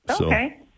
Okay